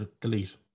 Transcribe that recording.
Delete